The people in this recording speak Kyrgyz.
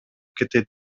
кетет